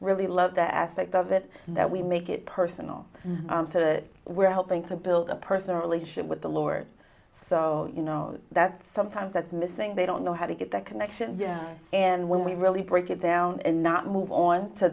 really love that aspect of it that we make it personal we're helping to build a personal relationship with the lord so you know that sometimes that missing they don't know how to get that connection and when we really break it down and not move on to